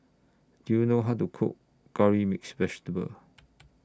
Do YOU know How to Cook Curry Mixed Vegetable